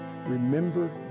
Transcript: Remember